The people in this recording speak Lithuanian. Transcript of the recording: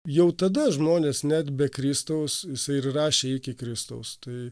jau tada žmonės net be kristaus jisai rašė iki kristaus tai